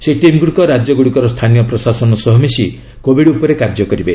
ସେହି ଟିମ୍ଗୁଡ଼ିକ ରାଜ୍ୟଗୁଡ଼ିକର ସ୍ଥାନୀୟ ପ୍ରଶାସନ ସହ ମିଶି କୋବିଡ ଉପରେ କାର୍ଯ୍ୟ କରିବେ